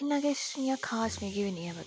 इन्ना किछ खास मिगी बी नीं ऐ पता